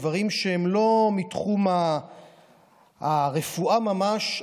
דברים שהם לא מתחום הרפואה ממש,